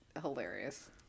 hilarious